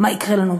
מה יקרה לנו?